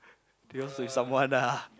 close with someone ah